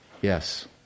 Yes